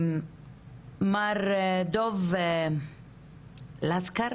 מר דב לסקר,